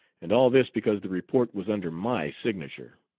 and all this because the report was under my signature.